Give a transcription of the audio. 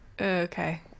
Okay